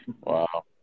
Wow